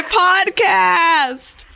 podcast